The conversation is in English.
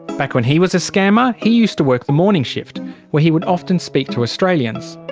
back when he was a scammer, he used to work the morning shift where he would often speak to australians.